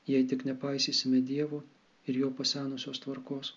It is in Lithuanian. jei tik nepaisysime dievo ir jo pasenusios tvarkos